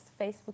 Facebook